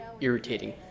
irritating